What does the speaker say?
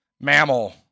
Mammal